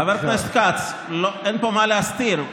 חבר הכנסת כץ, אין פה מה להסתיר.